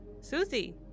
Susie